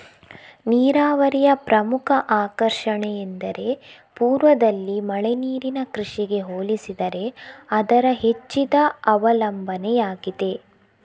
ನೀರಾವರಿಯ ಪ್ರಮುಖ ಆಕರ್ಷಣೆಯೆಂದರೆ ಪೂರ್ವದಲ್ಲಿ ಮಳೆ ನೀರಿನ ಕೃಷಿಗೆ ಹೋಲಿಸಿದರೆ ಅದರ ಹೆಚ್ಚಿದ ಅವಲಂಬನೆಯಾಗಿದೆ